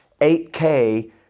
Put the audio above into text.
8K